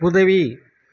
உதவி